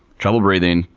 trouble breathing,